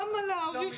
למה להאריך?